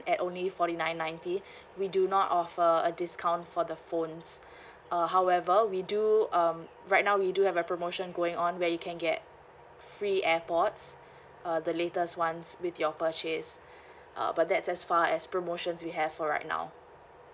at only forty nine ninety we do not offer a discount for the phones uh however we do um right now we do have a promotion going on where you can get free airpods uh the latest ones with your purchase uh but that's as far as promotions we have for right now